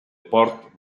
port